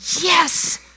yes